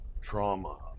Trauma